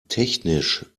technisch